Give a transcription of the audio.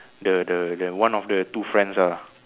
the the the one of the two friends ah